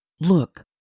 Look